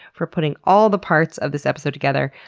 for putting all the parts of this episode together.